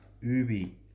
Ubi